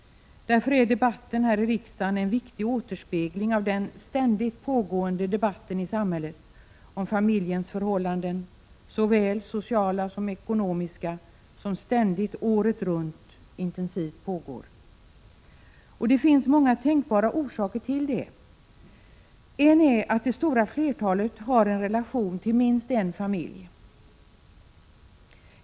Därför är debatten här i riksdagen en viktig återspegling av den ständigt och intensivt pågående debatten i samhället om familjens förhållanden, såväl sociala som ekonomiska. Det finns många tänkbara orsaker till detta. En orsak är att det stora flertalet har en relation till minst en familj.